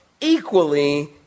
equally